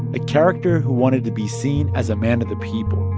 a character who wanted to be seen as a man of the people.